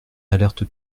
alerte